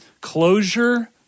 Closure